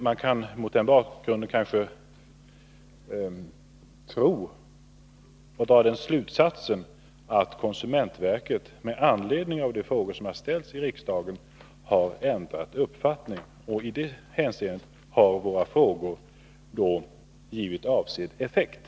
Man kan kanske därav tro och dra slutsatsen att konsumentverket med anledning av de frågor som har ställts i riksdagen har ändrat uppfattning. Och i det hänseendet har våra frågor givit avsedd effekt.